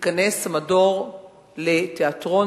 יתכנסו המדור לתיאטרון,